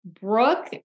Brooke